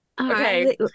Okay